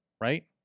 Right